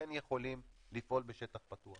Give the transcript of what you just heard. כן יכולות לפעול בשטח פתוח.